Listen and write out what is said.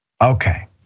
Okay